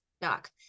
Doc